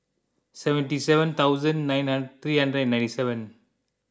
seventy seven thousand nine nine three hundred and ninety seven